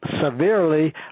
severely